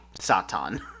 Satan